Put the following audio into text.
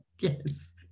yes